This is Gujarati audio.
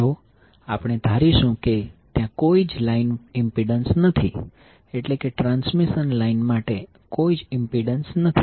જો આપણે ધારીશું કે ત્યાં કોઈ લાઈન ઇમ્પિડન્સ નથી એટલે ટ્રાન્સમિશન લાઇન માટે કોઈ ઇમ્પિડન્સ નથી